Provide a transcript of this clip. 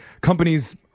Companies